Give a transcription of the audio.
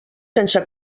sense